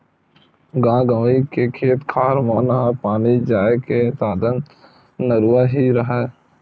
गाँव गंवई के खेत खार मन म पानी जाय के साधन नरूवा ही हरय